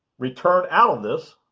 return out of this.